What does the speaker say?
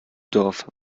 dorf